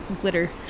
glitter